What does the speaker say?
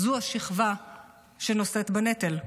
זו השכבה שנושאת בנטל,